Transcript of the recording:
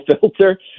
filter